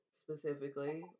specifically